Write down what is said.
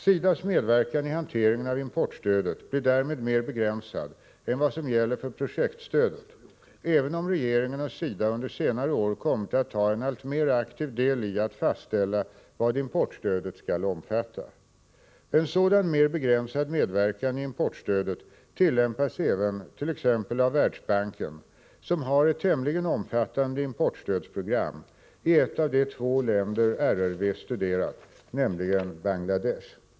SIDA:s medverkan i hanteringen av importstödet blir därmed mer begränsad än vad som gäller för projektstödet även om regeringen och SIDA under senare år kommit att ta en alltmer aktiv del i att fastställa vad importstödet skall omfatta. En sådan mer begränsad medverkan i importstödet tillämpas även t.ex. av Världsbanken som har ett tämligen omfattande importstödsprogram i ett av de två länder RRV studerat, nämligen Bangladesh.